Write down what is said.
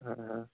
হুঁ হুঁ